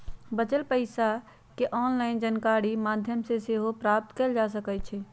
बच्चल पइसा के जानकारी ऑनलाइन माध्यमों से सेहो प्राप्त कएल जा सकैछइ